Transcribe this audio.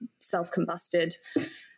self-combusted